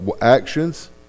actions